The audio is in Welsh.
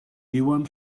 iwan